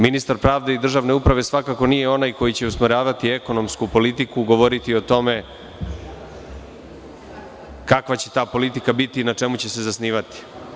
Ministar pravde i državne uprave svakako nije onaj koji će usmeravati ekonomsku politiku, govoriti o tome kakva će ta politika biti, na čemu će se zasnivati.